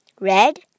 red